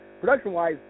Production-wise